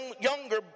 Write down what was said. younger